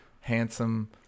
handsome